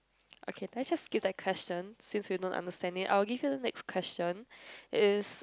okay can I just give up that question since you are not understanding I will give you next question is